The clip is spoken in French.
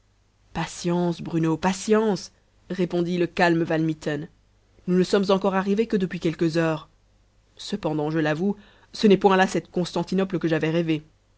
patience bruno patience répondit le calme van mitten nous ne sommes encore arrivés que depuis quelques heures cependant je l'avoue ce n'est point là cette constantinople que j'avais rêvée